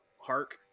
Hark